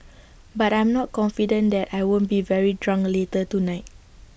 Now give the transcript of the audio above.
but I'm not confident that I won't be very drunk later tonight